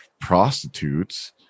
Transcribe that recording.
prostitutes